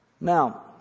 Now